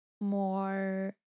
more